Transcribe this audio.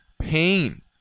pain